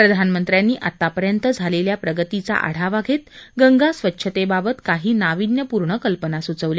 प्रधानमंत्र्यांनी आत्तापर्यंत झालेल्या प्रगतीचा आढावा घेत गंगा स्वच्छतेबाबत काही नाविन्यपूर्ण कल्पना सुचवल्या